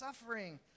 suffering